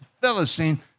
Philistine